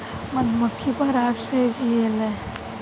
मधुमक्खी पराग से जियेले